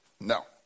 No